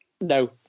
No